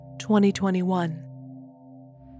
2021